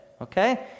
okay